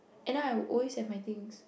and I would always have my things